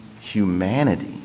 humanity